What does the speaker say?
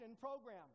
program